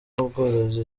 ubworozi